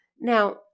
Now